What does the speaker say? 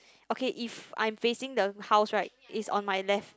okay if I'm facing the house right is on my left